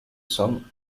some